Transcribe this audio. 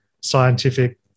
scientific